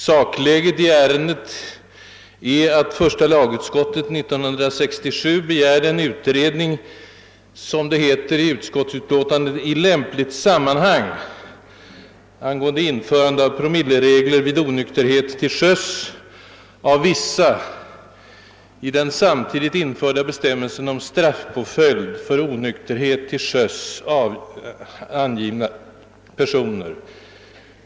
Sakläget i ärendet är att första lagutskottet 1967 begärde en utredning »i lämpligt sammanhang» angående införande av promilleregler vid onykterhet till sjöss av vissa, i den samtidigt införda bestämmelsen om straffpåföljd för onykterhet till sjöss, angivna personer.